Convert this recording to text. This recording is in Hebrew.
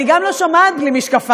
אני גם לא שומעת בלי משקפיים.